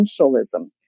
Essentialism